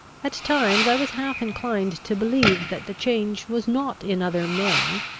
at times i was half inclined to believe that the change was not in other men,